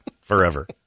forever